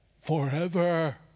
forever